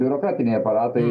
biurokratiniai aparatai